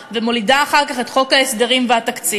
ומולידה אחר כך את חוק ההסדרים והתקציב.